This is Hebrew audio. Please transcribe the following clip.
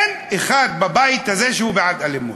אין אחד בבית הזה שהוא בעד אלימות.